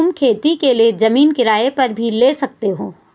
तुम खेती के लिए जमीन किराए पर भी ले सकते हो